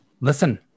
listen